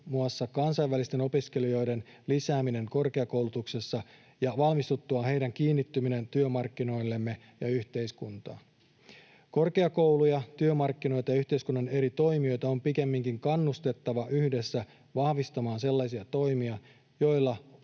kansainvälisten opiskelijoiden lisääminen korkeakoulutuksessa ja valmistuttua heidän kiinnittymisensä työmarkkinoillemme ja yhteiskuntaan. Korkeakouluja, työmarkkinoita ja yhteiskunnan eri toimijoita on pikemminkin kannustettava yhdessä vahvistamaan sellaisia toimia, joilla